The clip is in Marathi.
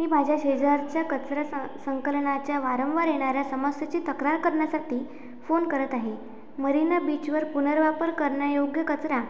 मी माझ्या शेजारच्या कचरा सं संकलनाच्या वारंवार येणाऱ्या समस्येची तक्रार करण्यासाठी फोन करत आहे मरीना बीचवर पुनर्वापर करण्यायोग्य कचरा